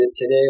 today